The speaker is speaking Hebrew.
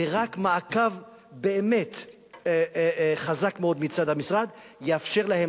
ורק מעקב באמת חזק מאוד מצד המשרד יאפשר להם